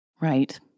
Right